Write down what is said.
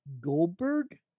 Goldberg